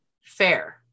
fair